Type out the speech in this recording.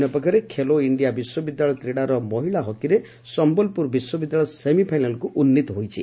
ଅନ୍ୟପକ୍ଷରେ ଖେଲୋ ଇଣ୍ଡିଆ ବିଶ୍ୱବିଦ୍ୟାଳୟ କ୍ରୀଡ଼ାର ମହିଳା ହକିରେ ସମ୍ୟଲପୁର ବିଶ୍ୱବିଦ୍ୟାଳୟ ସେମିଫାଇନାଲ୍କୁ ଉନ୍ନିତ ହୋଇଛି